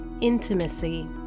intimacy